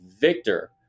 Victor